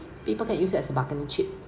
people can use it as a bargaining chip